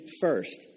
first